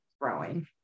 growing